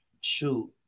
shoot